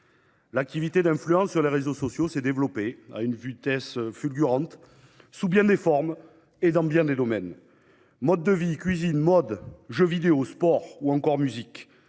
L'activité d'influence sur les réseaux sociaux s'est développée à une vitesse fulgurante, prenant de multiples formes et touchant de nombreux domaines : mode de vie, cuisine, mode, jeux vidéo, sport ou encore musique.